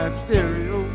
stereo